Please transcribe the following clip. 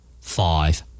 Five